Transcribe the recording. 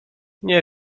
nie